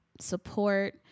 support